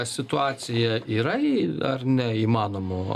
situaciją yra į ar neįmanoma